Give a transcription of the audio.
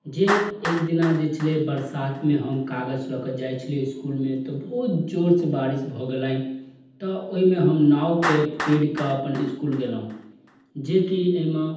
जे एक दिना जे छलै बरसातमे हम कागज लऽ कऽ जाइ छलै ओइ इसकुलमे तऽ बहुत जोरसँ बारिश भऽ गेलनि तऽ ओइमे हम नावपर चढ़ि कऽ अपन इसकुल गेलहुँ जेकि अइमे